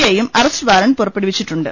ഐയും arrest warrant പുറപ്പെടുവിച്ചിട്ടുണ്ട്